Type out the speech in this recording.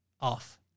off